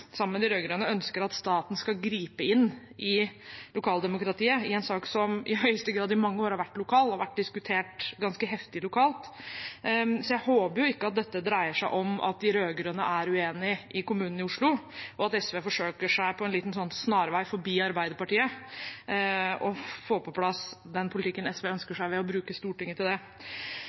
med de rød-grønne, ønsker at staten skal gripe inn i lokaldemokratiet i en sak som i høyeste grad i mange år har vært lokal, og har vært diskutert ganske heftig lokalt. Jeg håper jo ikke at dette dreier seg om at de rød-grønne er uenige i kommunen i Oslo, og at SV forsøker seg på en liten snarvei forbi Arbeiderpartiet for å få på plass den politikken SV ønsker seg, ved å bruke Stortinget til det.